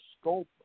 scope